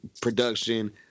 production